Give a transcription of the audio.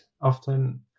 often